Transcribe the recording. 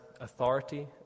authority